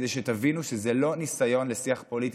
כדי שתבינו שזה לא ניסיון לשיח פוליטי,